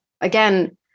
again